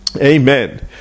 Amen